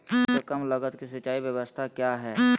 सबसे कम लगत की सिंचाई ब्यास्ता क्या है?